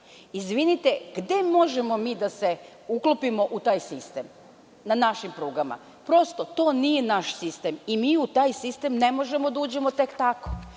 Izvinite, gde možemo mi da se uklopimo u taj sistem na našim prugama? Prosto, to nije naš sistem i mi u taj sistem ne možemo da uđemo tek tako.